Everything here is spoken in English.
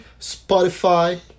Spotify